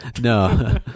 No